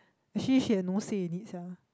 she sian no say any sia